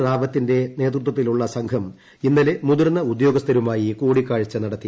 റാവത്തിന്റെ നേതൃത്വത്തിലുള്ള സംഘം ഇന്നലെ മുതിർന്ന ഉദ്യോഗസ്ഥരുമായി കൂടിക്കാഴ്ച നടത്തി